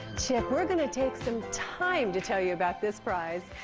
chip, we're gonna take some time to tell you about this prize.